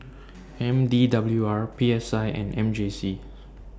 M D W R P S I and M J C